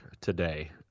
today